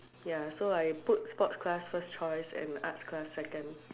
ya so I put sports class first choice and arts class second